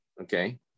okay